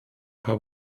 paar